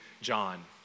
John